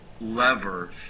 lever